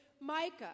Micah